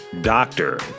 doctor